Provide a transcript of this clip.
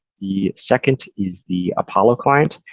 the second is the apollo client.